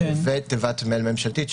ותיבת מייל ממשלתית,